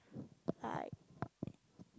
I